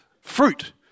fruit